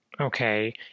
Okay